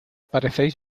parecéis